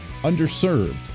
Underserved